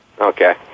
Okay